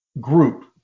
group